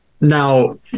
now